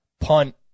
punt